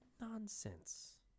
nonsense